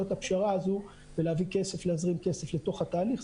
את הפשרה הזאת ולהזרים כסף לתוך התהליך.